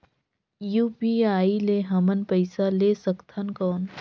UPI ले हमन पइसा ले सकथन कौन?